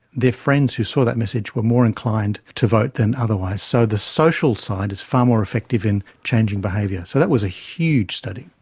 their friends who saw that message were more inclined to vote than otherwise. so the social side is far more effective in changing behaviour. so that was a huge study.